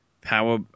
Power